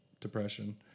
depression